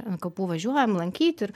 ant kapų važiuojam lankyt ir